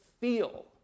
feel